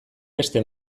beste